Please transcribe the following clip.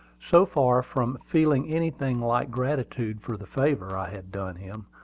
so far from feeling anything like gratitude for the favor i had done him,